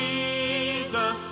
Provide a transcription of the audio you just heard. Jesus